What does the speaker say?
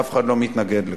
ואף אחד לא מתנגד לכך.